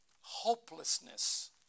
Hopelessness